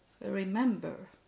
remember